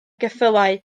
geffylau